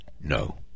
No